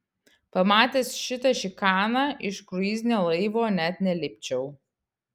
pamatęs šitą šikaną iš kruizinio laivo net nelipčiau